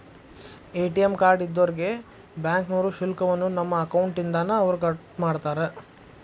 ATM card ಇದ್ದೋರ್ಗೆ ಬ್ಯಾಂಕ್ನೋರು ಶುಲ್ಕವನ್ನ ನಮ್ಮ ಅಕೌಂಟ್ ಇಂದಾನ ಅವ್ರ ಕಟ್ಮಾಡ್ತಾರ